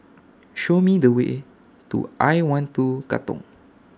Show Me The Way to I one two Katong